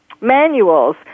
manuals